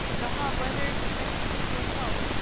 the hot weather is affecting people's health.